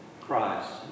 Christ